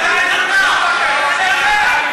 מניעת רעש ממערכת כריזה בבית-תפילה),